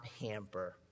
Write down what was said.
hamper